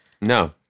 No